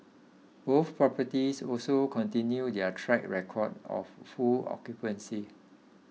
both properties also continued their track record of full occupancy